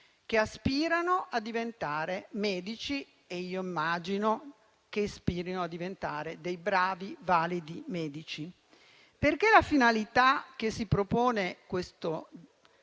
che aspirano a diventare medici e io immagino che aspirino a diventare dei bravi e validi medici. Infatti, la finalità che si propongono queste